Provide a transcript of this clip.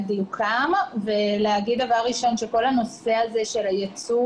דיוקם ולומר שבכל הנושא הזה של היצוא,